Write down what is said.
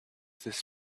this